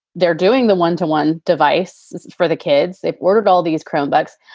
they're doing the one to one device for the kids. they've ordered all these chrome books.